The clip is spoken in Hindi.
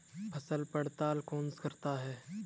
फसल पड़ताल कौन करता है?